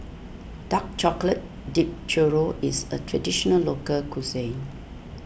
Dark Chocolate Dipped Churro is a Traditional Local Cuisine